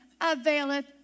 availeth